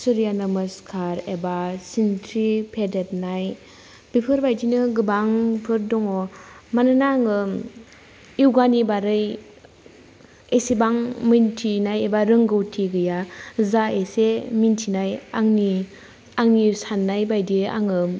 सुर्या नमसकार एबा सिनस्रि फेदेबनाय बेफोरबायदिनो गोबांफोर दंङ मानोना आंङो यगानि बारै एसेबां मिन्थिनाय एबा रोंगौथि गैया जा एसे मिन्थिनाय आंनि आंनि साननाय बायदि आंङो